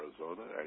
Arizona